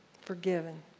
forgiven